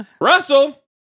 russell